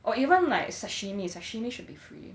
or even like sashimi sashimi should be free